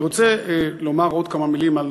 אני רוצה לומר עוד כמה מילים על